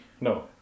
No